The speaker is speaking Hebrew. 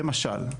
למשל,